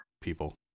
people